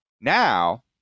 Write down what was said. Now